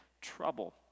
trouble